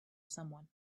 someone